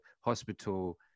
hospital